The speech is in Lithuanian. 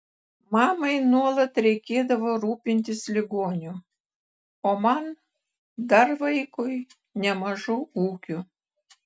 mamai nuolat reikėdavo rūpintis ligoniu o man dar vaikui nemažu ūkiu